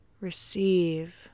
receive